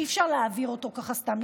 שאי-אפשר להעביר אותו ככה סתם.